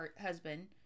husband